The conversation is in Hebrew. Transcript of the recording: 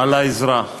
על האזרח,